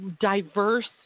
diverse